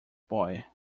boy